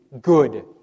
good